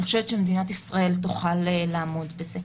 אני חושבת שמדינת ישראל תוכל לעמוד בזה.